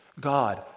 God